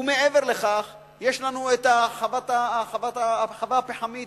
ומעבר לכך, תחנת הכוח הפחמית